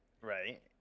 Right